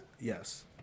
yes